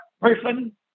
person